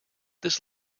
this